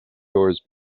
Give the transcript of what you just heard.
doors